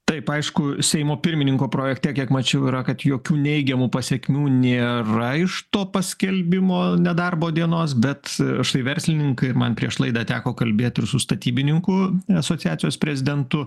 taip aišku seimo pirmininko projekte kiek mačiau yra kad jokių neigiamų pasekmių nėra iš to paskelbimo nedarbo dienos bet štai verslininkai man prieš laidą teko kalbėt ir su statybininkų asociacijos prezidentu